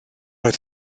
oedd